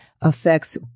affects